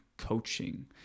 coaching